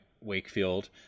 Wakefield